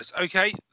Okay